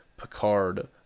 Picard